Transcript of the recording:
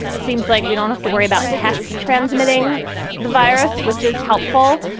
seems like we don't have to worry about pets transmitting the virus, which is helpful.